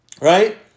right